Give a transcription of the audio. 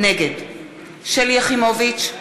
נגד שלי יחימוביץ,